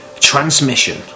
transmission